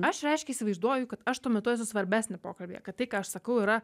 aš reiškia įsivaizduoju kad aš tuo metu esu svarbesnė pokalbyje kad tai ką aš sakau yra